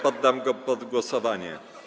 Poddam go pod głosowanie.